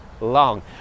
long